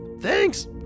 thanks